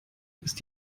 ist